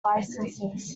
licences